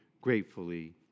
gratefully